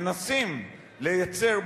מנסים לייצר,